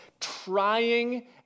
trying